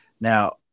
Now